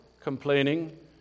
complaining